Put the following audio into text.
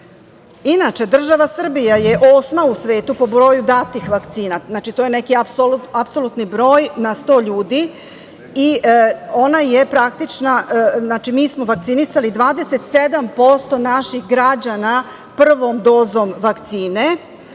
dozom. Inače, država Srbija je osma u svetu po broju datih vakcina. Znači, to je neki apsolutni broj na 100 ljudi, što znači da smo mi vakcinisali 27% naših građana prvom dozom vakcine,